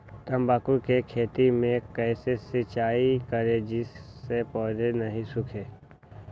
तम्बाकू के खेत मे कैसे सिंचाई करें जिस से पौधा नहीं सूखे?